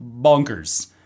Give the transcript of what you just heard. bonkers